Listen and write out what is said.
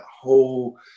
whole